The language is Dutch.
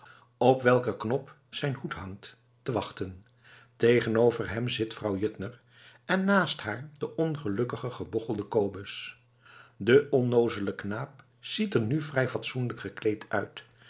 op welker knop zijn hoed hangt te wachten tegenover hem zit vrouw juttner en naast haar de ongelukkige gebochelde kobus de onnoozele knaap ziet er nu vrij fatsoenlijk gekleed uit